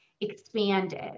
expanded